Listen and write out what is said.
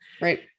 Right